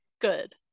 good